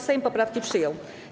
Sejm poprawki przyjął.